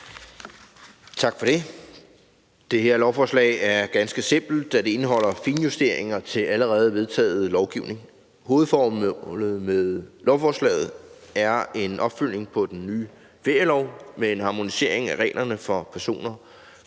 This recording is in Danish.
Tak for det. Det her lovforslag er ganske simpelt, da det indeholder finjusteringer til allerede vedtaget lovgivning. Hovedformålet med lovforslaget er en opfølgning på den nye ferielov med en harmonisering af reglerne for personer